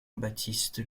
baptiste